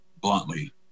bluntly